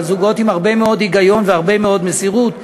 אבל זוגות עם הרבה מאוד היגיון ועם הרבה מאוד מסירות.